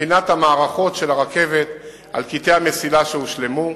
ובחינת המערכות של הרכבת על קטעי המסילה שהושלמו.